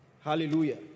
Hallelujah